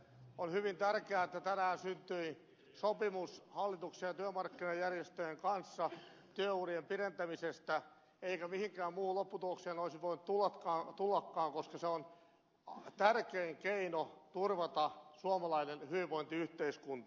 on hyvin tärkeää että tänään syntyi sopimus hallituksen ja työmarkkinajärjestöjen kanssa työurien pidentämisestä eikä mihinkään muuhun lopputulokseen olisi voitu tullakaan koska se on tärkein keino turvata suomalainen hyvinvointiyhteiskunta